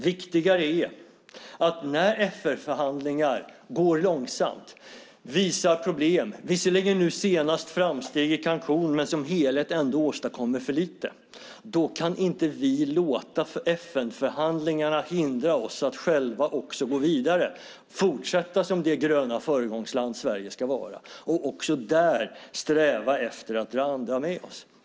Viktigare är att när FN-förhandlingar går långsamt och uppvisar problem - visserligen blev det nu senast framsteg i Cancún, men som helhet åstadkommer de ändå för lite - kan vi inte låta FN-förhandlingarna hindra oss från att själva gå vidare. Vi måste fortsätta som det gröna föregångsland Sverige ska vara. Också där ska vi sträva efter att få andra med oss.